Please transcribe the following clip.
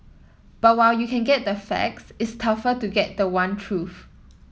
but while you can get the facts it's tougher to get the one truth